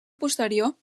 posterior